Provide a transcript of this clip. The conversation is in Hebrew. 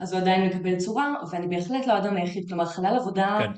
אז זה עדיין מקבל צורה, אבל אני בהחלט לא אדם היחיד כלומר החלל עבודה.